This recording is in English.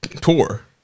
tour